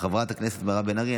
חברת הכנסת מירב בן ארי,